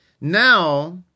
Now